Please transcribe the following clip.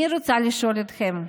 אני רוצה לשאול אתכם: